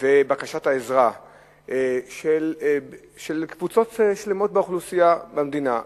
ובקשת העזרה של קבוצות שלמות באוכלוסייה, במדינה.